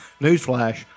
Newsflash